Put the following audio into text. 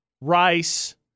rice